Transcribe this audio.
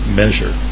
measure